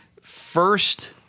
first